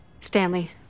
Stanley